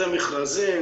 זה מכרזים,